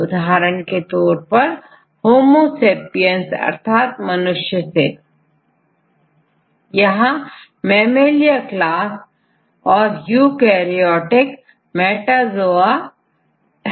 उदाहरण के तौर परHomo sapiens अर्थात मनुष्य से यहां स्तनधारी क्लास और यूकैरियोटिकlineageऔर Metazoa है